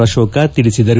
ಅಶೋಕ ತಿಳಿಸಿದರು